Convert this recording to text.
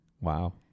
Wow